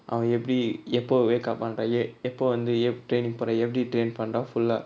அவ எப்டி எப்போ:ava epdi eppo wakeup பன்ரா:panra eh எப்போ வந்து:eppo vanthu ep~ training போரா எப்டி:pora epdi train பன்ரா:panra full ah